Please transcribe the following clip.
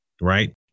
right